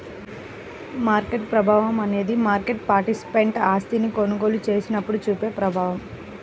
market ప్రభావం అనేది market participant ఆస్తిని కొనుగోలు చేసినప్పుడు చూపే ప్రభావం